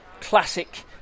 classic